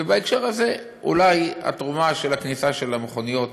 ובהקשר הזה, אולי התרומה של הכניסה של המכוניות